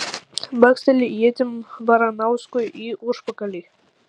baksteli ietim baranauskui į užpakalį